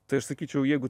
tai aš sakyčiau jeigu